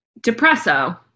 Depresso